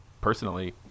personally